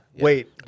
Wait